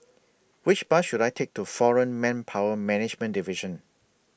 Which Bus should I Take to Foreign Manpower Management Division